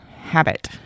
habit